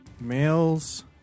Males